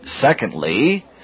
Secondly